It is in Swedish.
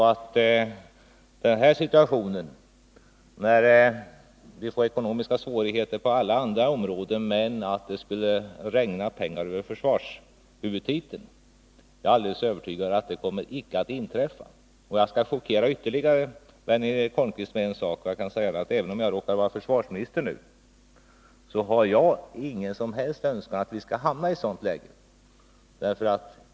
Jag är helt övertygad om att en situation där vi får ekonomiska svårigheter på alla andra områden men där det regnar pengar över försvarshuvudtiteln inte kommer att inträffa — och jag skall chockera vännen Eric Holmqvist ytterligare med att säga att även om jag råkar vara försvarsminister nu, så har jag ingen som helst önskan att vi skall hamna i ett sådant läge.